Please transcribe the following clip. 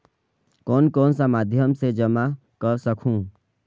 कौन कौन सा माध्यम से जमा कर सखहू?